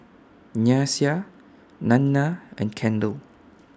Nyasia Nanna and Kendell